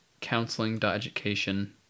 Counseling.Education